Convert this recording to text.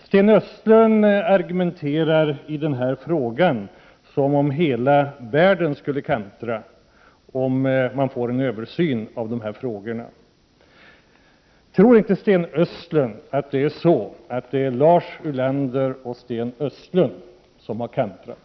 Sten Östlund argumenterar i denna fråga som om hela världen skulle kantra om det görs en översyn av dessa frågor. Tror inte Sten Östlund att det är Lars Ulander och Sten Östlund som har kantrat?